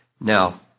Now